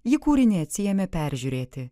ji kūrinį atsiėmė peržiūrėti